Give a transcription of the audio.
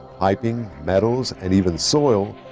piping, metals and even soil,